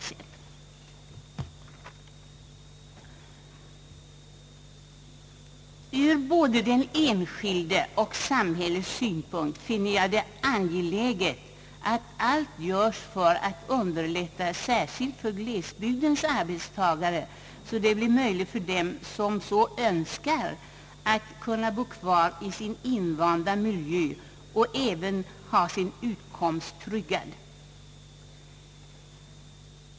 Ur både den enskildes och samhällets synpunkt finner jag det angeläget, att allt görs för att underlätta situationen särskilt för glesbygdens arbetstagare, så att det blir möjligt för den som så önskar att bo kvar i sin invanda miljö och ändå ha sin utkomst tryggad.